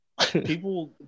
People